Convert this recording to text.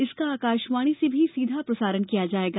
इसका आकाशवाणी से भी सीधा प्रसारण किया जाएगा